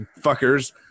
fuckers